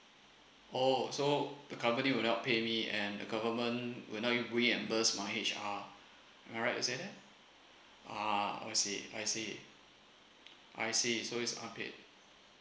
oh so the company will not pay me and the government will not reimburse my H_R am I right to say ah I see I see I see so it's unpaid